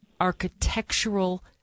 architectural